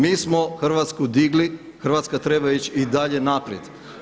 Mi smo Hrvatsku digli, Hrvatska treba ići i dalje naprijed.